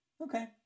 Okay